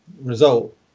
result